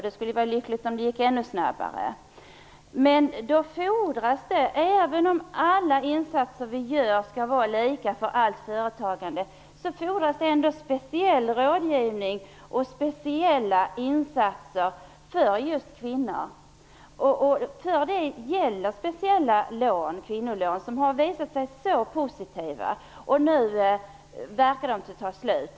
Det skulle vara lyckligt om det gick ännu snabbare. Men även om alla insatser som vi gör skall vara lika för allt företagande fordras det en speciell rådgivning och speciella insatser just för kvinnor. Det finns speciella kvinnolån, något som har visat sig vara mycket positivt. Nu verkar det ta slut.